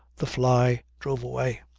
the fly drove away.